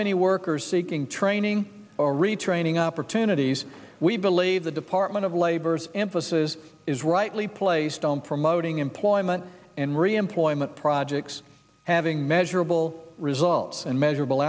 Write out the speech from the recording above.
many workers seeking training or retraining opportunities we believe the department of labor's emphasis is rightly placed on promoting employment and reemployment projects having measurable results and measurable